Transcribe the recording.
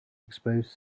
exposed